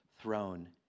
throne